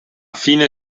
fine